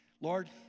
Lord